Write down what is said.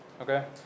okay